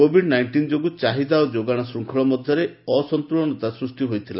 Covid nineteen ଯୋଗୁଁ ଚାହିଦା ଓ ଯୋଗାଣ ଶୃଙ୍ଖଳ ମଧ୍ୟରେ ଅସନ୍ତୁଳନତା ସୃଷ୍ଟି ହୋଇଥିଲା